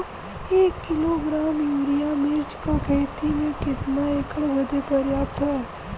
एक kilogram urea मिर्च क खेती में कितना एकड़ बदे पर्याप्त ह?